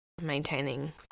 maintaining